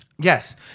Yes